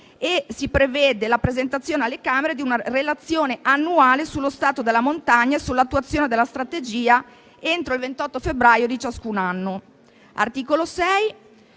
e si prevede la presentazione alle Camere di una relazione annuale sullo stato della montagna e sull'attuazione della strategia entro il 28 febbraio di ciascun anno. All'articolo 6